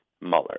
Mueller